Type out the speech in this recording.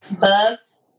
Bugs